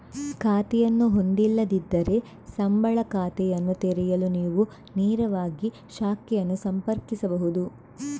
ಖಾತೆಯನ್ನು ಹೊಂದಿಲ್ಲದಿದ್ದರೆ, ಸಂಬಳ ಖಾತೆಯನ್ನು ತೆರೆಯಲು ನೀವು ನೇರವಾಗಿ ಶಾಖೆಯನ್ನು ಸಂಪರ್ಕಿಸಬಹುದು